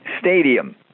Stadium